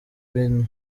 ibintu